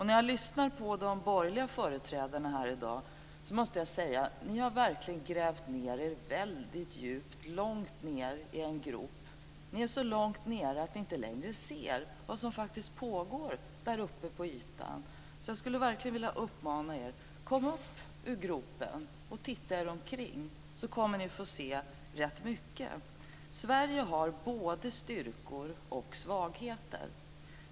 När jag lyssnar på de borgerliga företrädarna här i dag måste jag säga: Ni har verkligen grävt ned er väldigt djupt - långt ned i en grop! Ni är så långt ned att ni inte längre ser vad som faktiskt pågår där uppe på ytan. Jag vill verkligen uppmana er att komma upp ur gropen och titta er omkring. Då kommer ni att få se rätt mycket. Sverige har både styrkor och svagheter.